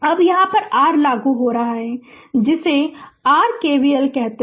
अब यहां r लागू करें जिसे r K V L कहते हैं